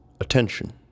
attention